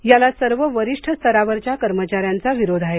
याला सर्व वरिष्ठ स्तरावरच्या कर्मचाऱ्यांचा विरोध आहे